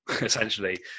essentially